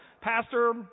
Pastor